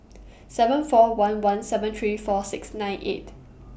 seven four one one seven three four six nine eight